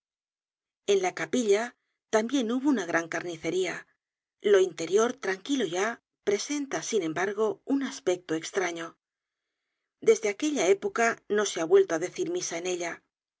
en la capilla tambien hubo una gran carnicería lo interior tranquilo ya presenta sin embargo un aspecto estraño desde aquella época no se ha vuelto á decir misa en ella